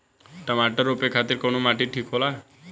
टमाटर रोपे खातीर कउन माटी ठीक होला?